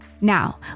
Now